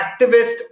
activist